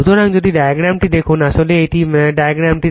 সুতরাং যদি ডায়াগ্রামটি দেখুন আসলে এই ডায়াগ্রামটি